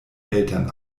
eltern